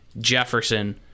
Jefferson